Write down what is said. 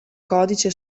codice